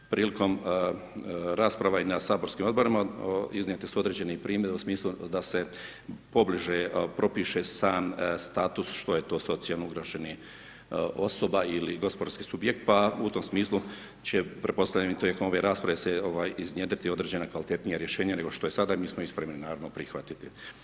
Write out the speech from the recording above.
Prilikom rasprava i na saborskim odborima iznijeti su određeni primjeri u smislu da se pobliže propiše sam sam status što je to socijalno ugroženih osoba ili gospodarski subjekt pa u tom smislu će pretpostavljam i tijekom ove rasprave iznjedriti određena kvalitetnija rješenja nego što je sada i mi smo ih spremni naravno prihvatiti.